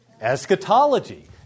Eschatology